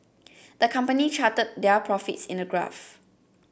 the company charted their profits in a graph